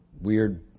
weird